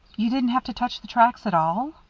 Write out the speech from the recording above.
you didn't have to touch the tracks at all?